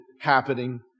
happening